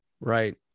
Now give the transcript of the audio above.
right